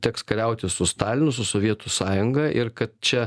teks kariauti su stalinu su sovietų sąjunga ir kad čia